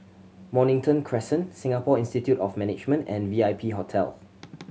Mornington Crescent Singapore Institute of Management and V I P Hotel